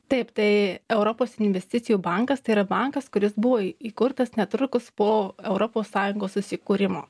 taip tai europos investicijų bankas tai yra bankas kuris buvo įkurtas netrukus po europos sąjungos susikūrimo